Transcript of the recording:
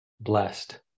blessed